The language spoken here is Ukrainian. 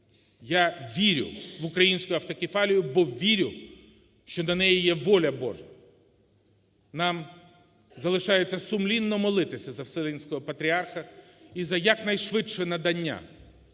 Я вірю в українську автокефалію, бо вірю, що на неї є воля Божа. Нам залишається сумлінно молитися за Вселенського Патріарха і за якнайшвидше надання